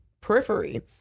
periphery